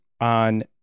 on